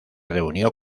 reunió